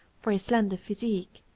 for his slender physique.